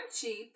cheap